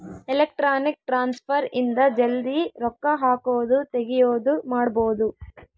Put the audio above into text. electronic transfer ಇಂದ ಜಲ್ದೀ ರೊಕ್ಕ ಹಾಕೋದು ತೆಗಿಯೋದು ಮಾಡ್ಬೋದು